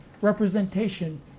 representation